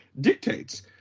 dictates